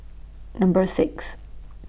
Number six